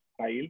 style